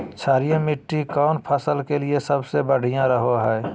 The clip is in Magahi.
क्षारीय मिट्टी कौन फसल के लिए सबसे बढ़िया रहो हय?